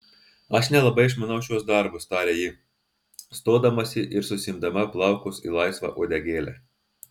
aš nelabai išmanau šiuos darbus tarė ji stodamasi ir susiimdama plaukus į laisvą uodegėlę